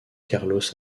carlos